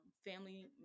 Family